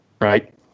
right